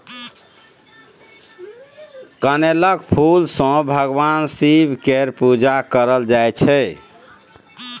कनेलक फुल सँ भगबान शिब केर पुजा कएल जाइत छै